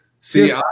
See